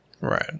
Right